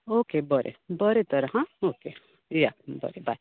okay बरें बरें तर हां ओके या बरें बाय